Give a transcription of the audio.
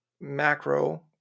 macro